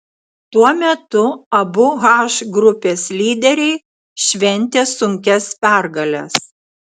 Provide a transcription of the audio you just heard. tuo metu abu h grupės lyderiai šventė sunkias pergales